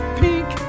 pink